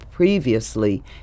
Previously